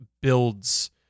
builds